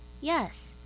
Yes